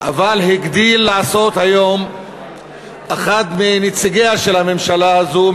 אבל הגדיל לעשות היום אחד מנציגיה של הממשלה הזאת,